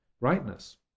rightness